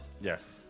Yes